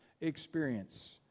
experience